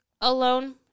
alone